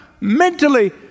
mentally